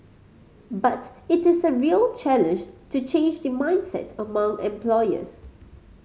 but it is a real challenge to change the mindset among employers